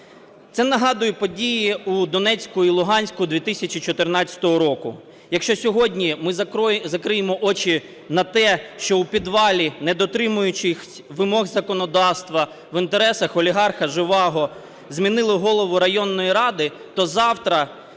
Це нагадує події у Донецьку і Луганську 2014 року. Якщо сьогодні ми закриємо очі на те, що у підвалі, не дотримуючись вимог законодавства, в інтересах олігарха Жеваго змінили голову районної ради, то завтра